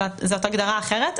אלא זאת הגדרה אחרת,